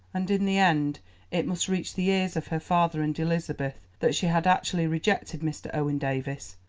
and in the end it must reach the ears of her father and elizabeth that she had actually rejected mr. owen davies,